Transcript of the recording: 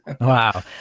Wow